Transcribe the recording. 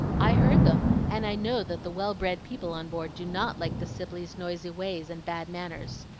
i heard them, and i know that the well-bred people on board do not like the sibleys' noisy ways and bad manners.